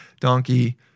Donkey